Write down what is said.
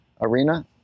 arena